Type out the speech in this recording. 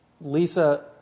Lisa